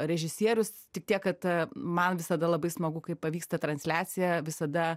režisierius tik tiek kad man visada labai smagu kai pavyksta transliacija visada